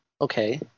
okay